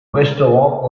restaurant